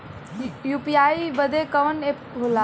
UPI बदे कवन app होला?